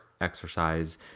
exercise